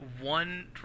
one